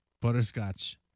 Butterscotch